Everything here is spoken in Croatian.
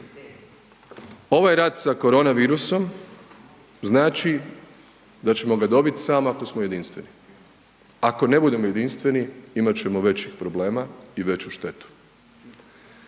Ovaj rat sa korona virusom znači da ćemo ga dobiti samo ako smo jedinstveni, ako ne budemo jedinstveni imat ćemo većih problema i veću štetu.